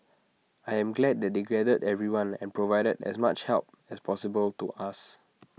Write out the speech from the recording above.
I am glad that they gathered everyone and provided as much help as possible to us